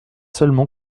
seulement